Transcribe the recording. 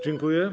Dziękuję.